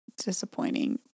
disappointing